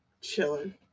chilling